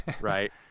right